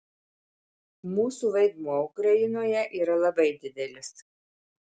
mūsų vaidmuo ukrainoje yra labai didelis